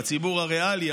בציבור הריאלי,